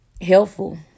helpful